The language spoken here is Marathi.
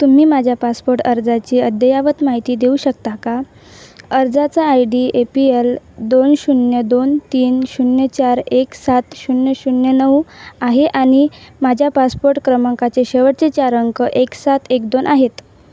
तुम्ही माझ्या पासपोर्ट अर्जाची अद्ययावत माहिती देऊ शकता का अर्जाचा I D A P L दोन शून्य दोन तीन शून्य चार एक सात शून्य शून्य नऊ आहे आणि माझ्या पासपोर्ट क्रमांकाचे शेवटचे चार अंक एक सात एक दोन आहेत